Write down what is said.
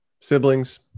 siblings